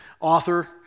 author